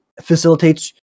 facilitates